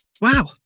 Wow